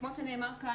כמו שנאמר כאן,